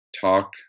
talk